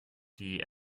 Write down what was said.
die